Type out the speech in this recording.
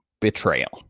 Betrayal